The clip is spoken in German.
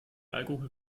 alkohol